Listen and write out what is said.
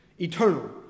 eternal